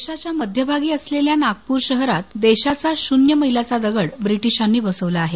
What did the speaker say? देशाच्या मध्यभागी असलेल्या नागपूर शहरात देशाचा शून्य मैलाचा दगड बसवला आहे